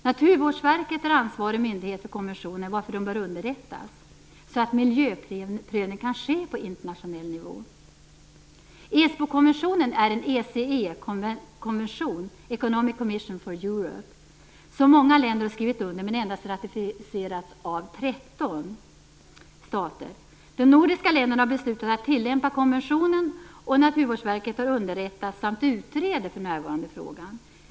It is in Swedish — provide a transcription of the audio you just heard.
Naturvårdsverket är ansvarig myndighet för konventionen, varför det bör underrättas så att miljöprövning kan ske på internationell nivå. Esbokonventionen är en ECE-konvention, Economic Commission for Europe, som många länder har skrivit under men som endast har ratificerats av 13 stater. De nordiska länderna har beslutat att tillämpa konventionen. Naturvårdsverket har underrättats och utreder för närvarande frågan.